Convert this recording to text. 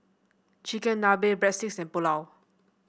Chigenabe Breadsticks and Pulao